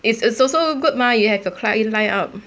it's it's also good mah you have your client line up